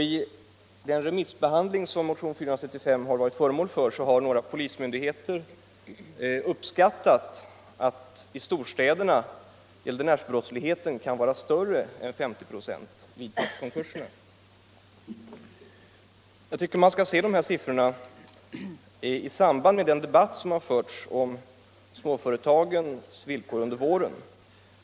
I remissbehandlingen av motionen 435 har några polismyndigheter uppskattat att gäldenärsbrottsligheten i storstäderna t.o.m. kan vara större än 50 96. Jag tycker att man skall se dessa siffror i samband med den debatt som har förts om småföretagens villkor.